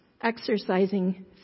exercising